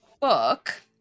book